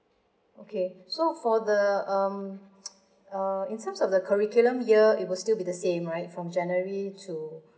okay so for the um uh in terms of the curriculum here it will still be the same right from january to